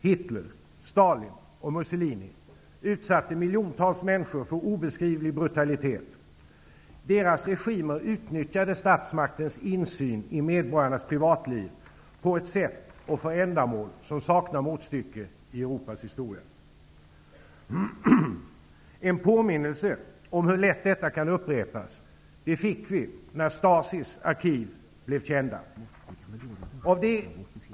Hitler, Stalin och Mussolini utsatte miljontals människor för obeskrivlig brutalitet. Deras regimer utnyttjade statsmaktens insyn i medborgarnas privatliv på ett sätt och för ändamål som saknar motstycke i En påminnelse om hur lätt detta kan upprepas fick vi när Stasis arkiv blev kända.